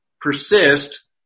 persist